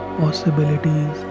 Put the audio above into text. possibilities